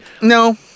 No